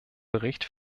bericht